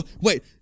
Wait